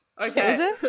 Okay